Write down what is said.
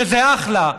שזה אחלה,